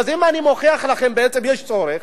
אז אם אני מוכיח לכם שבעצם יש צורך,